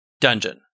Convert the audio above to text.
dungeon